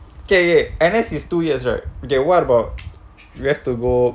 K K N_S is two years right okay what about you have to go